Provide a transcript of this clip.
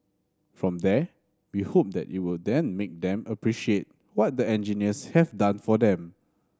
from there we hope that it will then make them appreciate what the engineers have done for them